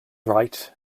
right